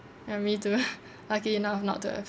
ya me too lucky enough not to have